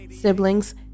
Siblings